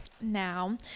now